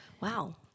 wow